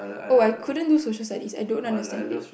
oh I couldn't do Social Studies I don't understand it